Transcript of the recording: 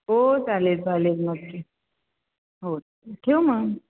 हो चालेल चालेल नक्की हो ठेवू मग